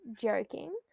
joking